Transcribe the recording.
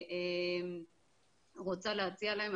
שהעובדת הסוציאלית רוצה להציע להם.